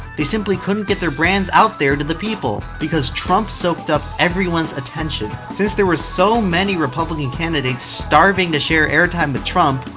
they simply couldn't get their brands out there to the people, because trump soaked up everyone's attention. since there were so many republican candidates starving to share airtime with trump,